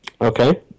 Okay